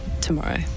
tomorrow